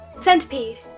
Centipede